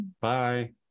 Bye